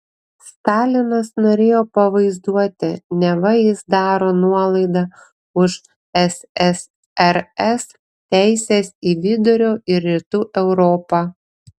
stalinas norėjo pavaizduoti neva jis daro nuolaidą už ssrs teises į vidurio ir rytų europą